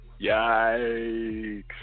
Yikes